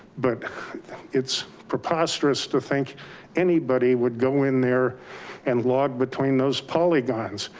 but it's preposterous to think anybody would go in there and log between those polygons.